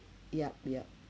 yup yup